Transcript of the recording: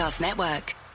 network